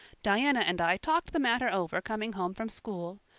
diana and i talked the matter over coming home from school.